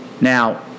Now